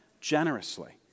generously